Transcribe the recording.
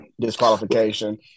disqualification